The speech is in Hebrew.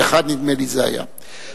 נדמה לי שזה היה ב-1991.